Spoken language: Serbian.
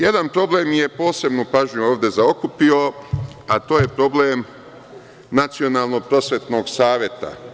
Jedan problem je posebnu pažnju ovde zaokupio, a to je problem Nacionalnog prosvetnog saveta.